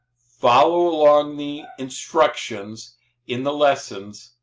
follow along the instructions in the lessons,